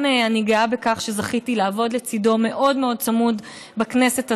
אני גאה גם בכך שזכיתי לעבוד לצידו מאוד מאוד צמוד בכנסת הזאת,